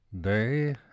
day